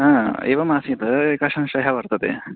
आ एवमासीत् एकः संशयः वर्तते